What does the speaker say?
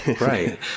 right